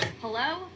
Hello